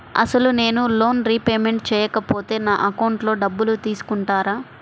అసలు నేనూ loan repayment చేయకపోతే నా అకౌంట్లో డబ్బులు తీసుకుంటారా?